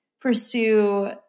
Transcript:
pursue